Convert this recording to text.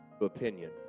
opinion